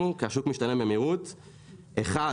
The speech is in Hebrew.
זה הגדלת הסכום שסטארט-אפ יכול לגייס,